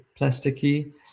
plasticky